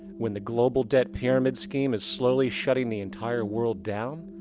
when the global debt pyramid scheme is slowly shutting the entire world down?